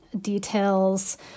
details